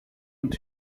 ont